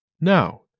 Now